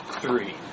three